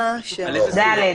ברשימת